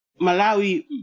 Malawi